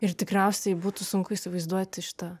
ir tikriausiai būtų sunku įsivaizduoti šitą